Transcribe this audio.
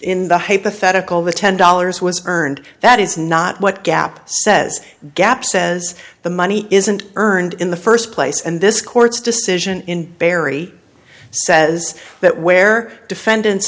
in the hypothetical the ten dollars was earned that is not what gap says gap says the money isn't earned in the first place and this court's decision in barry says that where defendant